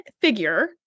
figure